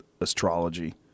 astrology